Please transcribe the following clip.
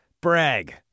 brag